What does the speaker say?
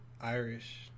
Irish